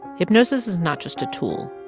hypnosis is not just a tool.